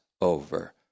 over